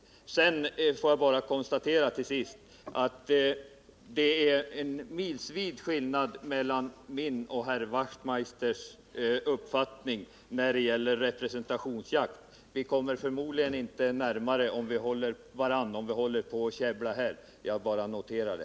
Till sist får jag bara konstatera att det är en milsvid skillnad mellan min och herr Wachtmeisters uppfattning när det gäller representationsjakt. Vi kommer förmodligen inte närmare varandra om vi håller på att käbbla här. Jag bara noterar det.